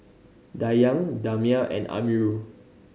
Dayang Damia and Amirul